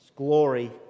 Glory